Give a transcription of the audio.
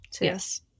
Yes